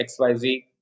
XYZ